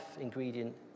ingredient